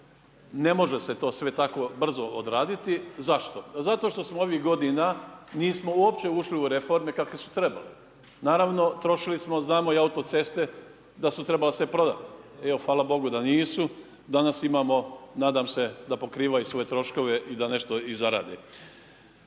ne može se to sve tako brzo odraditi. Zašto? Zato što smo ovih godina nismo uopće ušli u reforme kakve su trebale, naravno trošili smo, znamo i autoceste da su trebale sve prodati, fala bogu da nisu, danas imamo nadam se da pokrivaju svoje troškove i da nešto i zarade.